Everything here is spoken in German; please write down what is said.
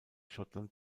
schottland